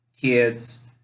kids